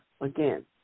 again